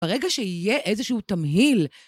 ברגע שיהיה איזשהו תמהיל...